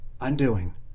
undoing